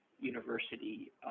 university